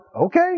okay